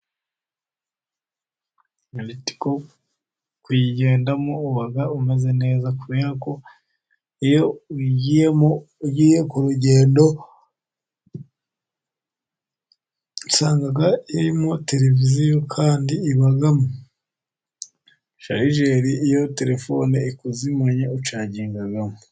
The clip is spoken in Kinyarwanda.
Ritiko kuyigendamo uba umeze neza, kubera ko iyo ugiyemo ugiye ku rugendo usanga irimo televiziyo, kandi ibamo sharijeri, iyo telefone ikuzimanye ucagingamo.